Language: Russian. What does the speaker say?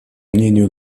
мнению